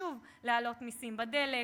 שוב: להעלות מסים על דלק,